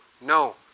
No